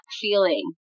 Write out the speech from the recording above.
feeling